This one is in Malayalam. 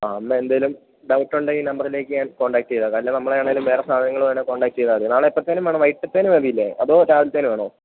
ആ എന്നാല് എന്തെങ്കിലും ഡൗട്ടുണ്ടെങ്കില് ഈ നമ്പറിലേക്ക് ഞാൻ കോൺടാക്ട് ചെയ്തേക്കാം അല്ലെങ്കില് നമ്മളെ ആണെങ്കിലും വേറെ സാധനങ്ങള് വേണമെങ്കില് കോൺടാക്ട് ചെയ്താല് മതി നാളെ എപ്പോഴത്തേക്ക് വേണം വൈകിട്ടത്തേക്ക് മതിയില്ലേ അതോ രാവിലത്തേക്ക് വേണമോ